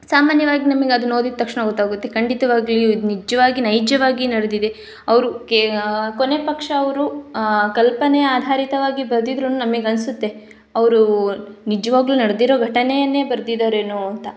ಸಾಮಾನ್ಯವಾಗಿ ನಮಗ್ ಅದ್ನ ಓದಿದ ತಕ್ಷಣ ಗೊತ್ತಾಗುತ್ತೆ ಖಂಡಿತವಾಗಲೂ ಇದು ನಿಜವಾಗಿ ನೈಜವಾಗಿ ನಡೆದಿದೆ ಅವರು ಕೇ ಕೊನೆ ಪಕ್ಷ ಅವರು ಕಲ್ಪನೆ ಆಧಾರಿತವಾಗಿ ಬರ್ದಿದ್ರೂ ನಮಗ್ ಅನಿಸುತ್ತೆ ಅವರು ನಿಜವಾಗ್ಲು ನಡೆದಿರೋ ಘಟನೆಯನ್ನೇ ಬರೆದಿದಾರೆನೋ ಅಂತ